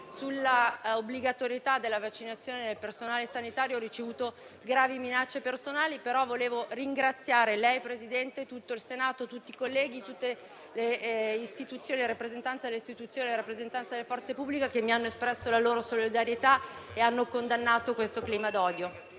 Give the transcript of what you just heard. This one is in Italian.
sull'obbligatorietà della vaccinazione del personale sanitario, ho ricevuto gravi minacce personali. Vorrei ringraziare lei, signor Presidente, tutto il Senato, i colleghi, le istituzioni e i rappresentanti delle istituzioni e della forza pubblica che mi hanno espresso la loro solidarietà e hanno condannato questo clima d'odio.